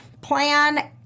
plan